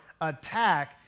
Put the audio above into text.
attack